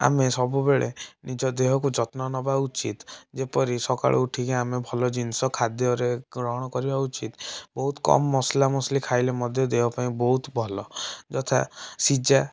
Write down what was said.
ଆମେ ସବୁବେଳେ ନିଜଦେହକୁ ଯତ୍ନ ନବା ଉଚିତ ଯେପରି ସକାଳୁ ଉଠିକି ଆମେ ଭଲ ଜିନିଷ ଖାଦ୍ୟରେ ଗ୍ରହଣ କରିବା ଉଚିତ ବହୁତ କମ୍ ମସଲା ମସଲି ଖାଇଲେ ମଧ୍ୟ ଦେହପାଇଁ ବହୁତ ଭଲ ଯଥା ସିଜା